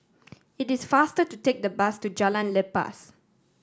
it is faster to take the bus to Jalan Lepas